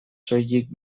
soilik